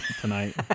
tonight